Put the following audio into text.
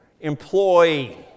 employee